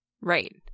right